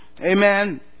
Amen